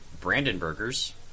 Brandenburgers